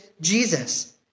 Jesus